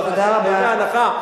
עוד הגרלה,